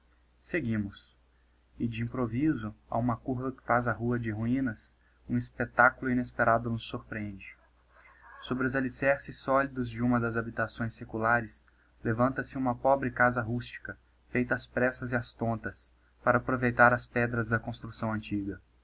seguimos e de improviso a uma curva que faz a rua de ruínas um espectáculo inesperado nos sorprende sobre os alicerces sólidos de uma das habitações seculares levanta-se uma pobre casa rústica feita ás pressas e ás tontas para aproveitar as pedras da construcção antiga